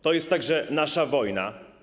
To jest także nasza wojna.